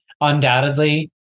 Undoubtedly